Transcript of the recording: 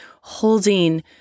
holding